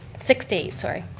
six to eight, sorry.